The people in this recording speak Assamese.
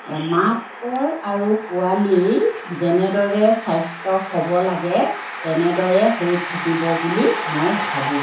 মাকৰ আৰু পোৱালীৰ যেনেদৰে স্বাস্থ্য হ'ব লাগে তেনেদৰে হৈ থাকিব বুলি মই ভাবোঁ